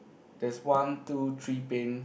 there's one two three paints